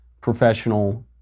professional